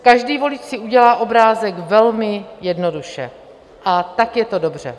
Každý volič si udělá obrázek velmi jednoduše, a tak je to dobře.